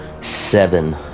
seven